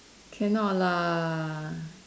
cannot lah